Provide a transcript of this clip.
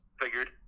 figured